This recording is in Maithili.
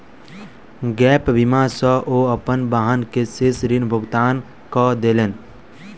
गैप बीमा सॅ ओ अपन वाहन के शेष ऋण भुगतान कय देलैन